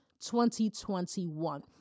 2021